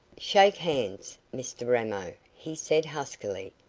shake hands, mr ramo, he said huskily.